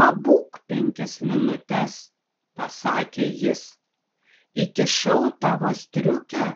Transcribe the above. pabūk penkias minutes pasakė jis įkišau tavo striukę